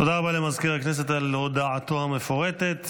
תודה רבה למזכיר הכנסת על הודעתו המפורטת.